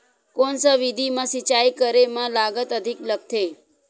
कोन सा विधि म सिंचाई करे म लागत अधिक लगथे?